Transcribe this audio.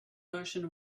motion